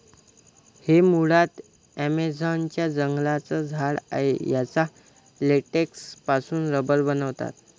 हे मुळात ॲमेझॉन च्या जंगलांचं झाड आहे याच्या लेटेक्स पासून रबर बनवतात